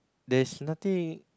there's nothing